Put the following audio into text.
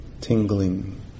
tingling